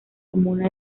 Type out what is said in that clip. comuna